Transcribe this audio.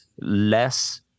less